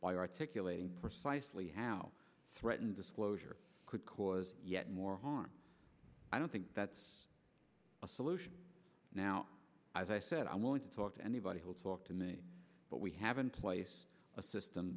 by articulating precisely how threatened disclosure could cause yet more harm i don't think that's a solution now as i said i won't talk to anybody who will talk to me but we have in place a system